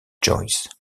joyce